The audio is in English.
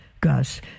gus